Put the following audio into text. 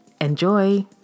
Enjoy